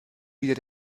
wieder